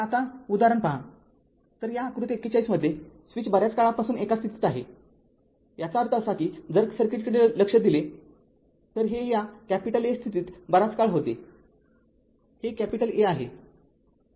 तर आता उदाहरण पहातर या आकृती ४१ मध्येस्विच बऱ्याच काळापासून एका स्थितीत आहे याचा अर्थ असा कीजर सर्किटकडे लक्ष दिले तरहे या A स्थितीत बराच काळ होतेहे A आहे